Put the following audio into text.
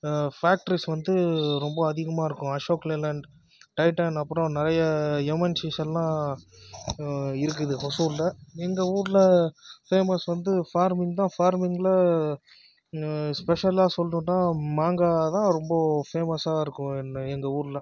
fabrics வந்து ரொம்ப அதிகமாக இருக்கும் அசோக் லைலேண்ட் டைட்டன் அப்புறம் நிறைய எம்என்சிஸ் எல்லாம் இருக்குது ஒசூர்ல எங்கள் ஊரில் ஃபேமஸ் வந்து ஃபார்மிங் தான் ஃபார்மிங்கில் ஸ்பெஷலாக சொல்லணுனா மாங்காய்தான் ரொம்ப ஃபேமஸாக இருக்கும் என்ன எங்கள் ஊரில்